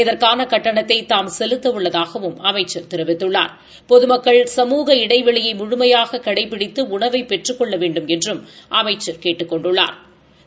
இதற்கான கட்டணத்தை தாம் செலுத்த உள்ளதாகவும் அமைச்சா் தெரிவித்துள்ளாா் பொதுமக்கள் சமூக இடைவெளியை முழுமையாக கடைபிடித்து உணவை பெற்றுக் கொள்ள வேண்டுமென்றும் அமைச்சா் கேட்டுக் கொண்டுள்ளாா்